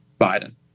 Biden